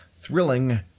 thrilling